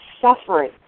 suffering